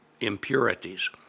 impurities